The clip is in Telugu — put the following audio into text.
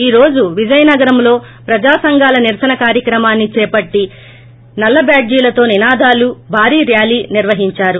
ఈ రోజు విజయనగరంలో ప్రజా సంఘాల నిరసన కార్యక్రమాలు చేపట్టి నల్ల బ్యాడ్లిలతో నినాదాలు భారీ ర్యాలీ నిర్వహించారు